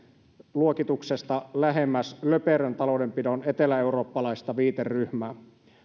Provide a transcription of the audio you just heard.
luokituksesta lähemmäs löperön taloudenpidon eteläeurooppalaista viiteryhmää